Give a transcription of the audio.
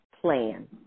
plan